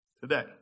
today